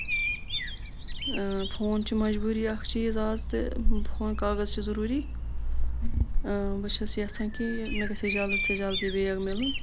phone چھُ مجبوٗری اکھ چیٖز آز تہٕ فون کاغز چھ ضروٗری اۭں بہٕ چھَس یِژھان کہِ مےٚ گژھِ ہا جلد سے جلدی بیگ مِلُن